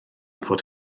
fod